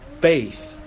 faith